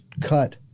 cut